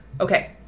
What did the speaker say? Okay